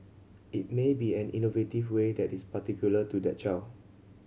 it may be an innovative way that is particular to that child